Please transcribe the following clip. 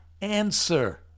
answer